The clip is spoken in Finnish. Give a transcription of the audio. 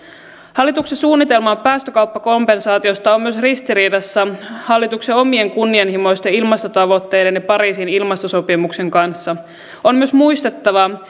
hallituksen suunnitelma päästökauppakompensaatiosta on ristiriidassa myös hallituksen omien kunnianhimoisten ilmastotavoitteiden ja pariisin ilmastosopimuksen kanssa on myös muistettava